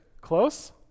Close